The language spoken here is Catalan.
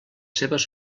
seves